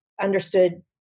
understood